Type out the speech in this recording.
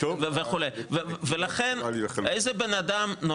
ולכן איזה בן אדם,